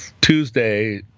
Tuesday